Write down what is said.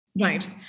right